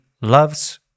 loves